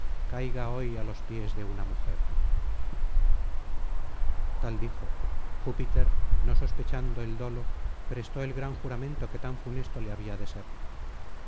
caiga hoy á los pies de una mujer tal dijo júpiter no sospechando el dolo prestó el gran juramento que tan funesto le había de ser